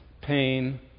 pain